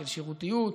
של שירותיות,